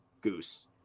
goose